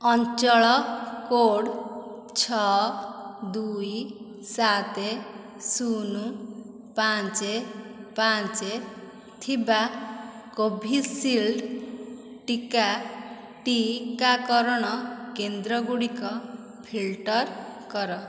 ଅଞ୍ଚଳ କୋଡ଼୍ ଛଅ ଦୁଇ ସାତ ଶୂନ ପାଞ୍ଚ ପାଞ୍ଚ ଥିବା କୋଭିଶିଲ୍ଡ୍ ଟିକା ଟିକାକରଣ କେନ୍ଦ୍ରଗୁଡ଼ିକ ଫିଲ୍ଟର କର